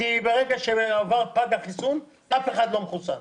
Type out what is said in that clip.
ברגע שפג החיסון, אף אחד לא מחוסן.